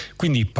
quindi